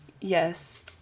Yes